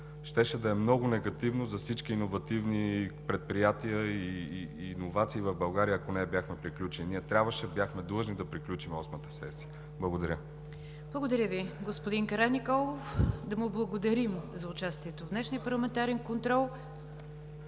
Щеше да е много негативно за всички иновативни предприятия и иновации в България, ако не я бяхме приключили. Ние трябваше, бяхме длъжни да приключим Осмата сесия. Благодаря. ПРЕДСЕДАТЕЛ НИГЯР ДЖАФЕР: Благодаря Ви, господин Караниколов. Да му благодарим за участието в днешния парламентарен контрол.